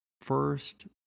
First